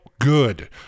good